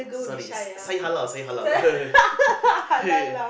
sorry s~ say halal say halal